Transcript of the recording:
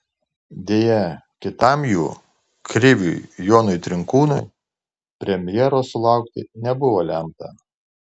deja kitam jų kriviui jonui trinkūnui premjeros sulaukti nebuvo lemta